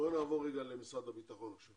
בואי נעבור למשרד הביטחון עכשיו